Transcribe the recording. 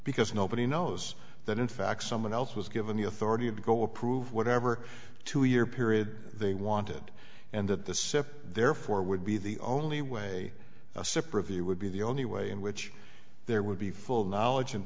because nobody knows that in fact someone else was given the authority of go approve whatever two year period they wanted and that the sip therefore would be the only way out sopra view would be the only way in which there would be full knowledge and